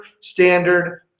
Standard